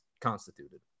constituted